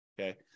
okay